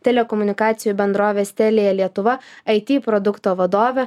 telekomunikacijų bendrovės telia lietuva it produkto vadovė